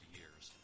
years